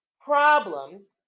problems